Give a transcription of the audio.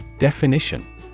Definition